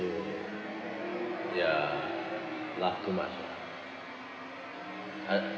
~o ya laugh too much hard